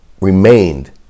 remained